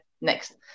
next